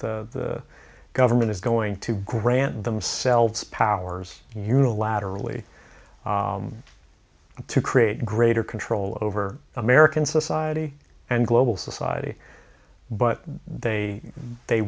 the government is going to grant themselves powers unilaterally to create greater control over american society and global society but they they